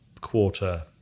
quarter